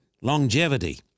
longevity